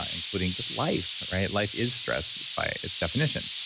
ah including just life, right? life is stress by its definition.